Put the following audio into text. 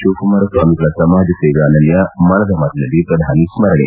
ಶಿವಕುಮಾರ ಸ್ವಾಮಿಗಳ ಸಮಾಜ ಸೇವೆ ಅನನ್ನ ಮನದ ಮಾತಿನಲ್ಲಿ ಪ್ರಧಾನಿ ಸ್ಥರಣೆ